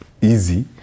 easy